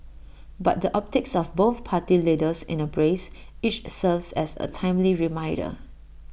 but the optics of both party leaders in A brace each serves as A timely reminder